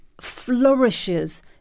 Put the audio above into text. flourishes